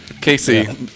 Casey